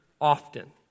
often